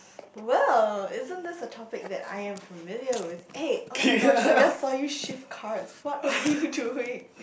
well isn't this a topic that I am familiar with eh [oh]-my-gosh I just saw you shift cards what are you doing